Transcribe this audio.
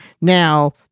Now